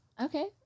Okay